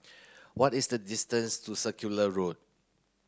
what is the distance to Circular Road